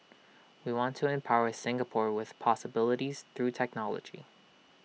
we want to empower Singapore with possibilities through technology